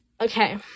Okay